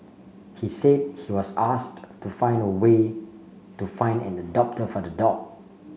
he said he was asked to find own way to find an adopter for the dog